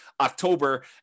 October